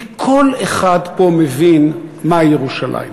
כי כל אחד פה מבין מהי ירושלים.